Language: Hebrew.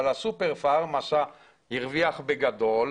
אבל הסופרפארם הרוויח בגדול,